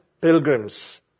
pilgrims